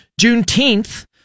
Juneteenth